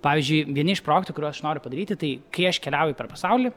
pavyzdžiui vieni iš projektų kuriuos aš noriu padaryti tai kai aš keliauju per pasaulį